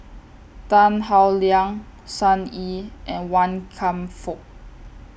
Tan Howe Liang Sun Yee and Wan Kam Fook